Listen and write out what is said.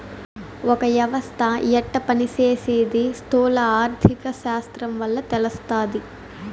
ఒక యవస్త యెట్ట పని సేసీది స్థూల ఆర్థిక శాస్త్రం వల్ల తెలస్తాది